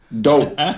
Dope